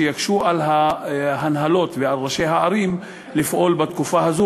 שיקשו על ההנהלות ועל ראשי הערים לפעול בתקופה הזאת